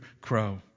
crow